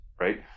right